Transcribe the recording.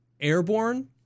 Airborne